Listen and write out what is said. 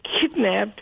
kidnapped